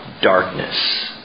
darkness